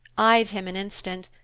eyed him an instant,